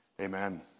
amen